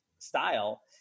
Style